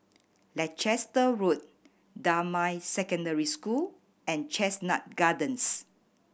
Leicester Road Damai Secondary School and Chestnut Gardens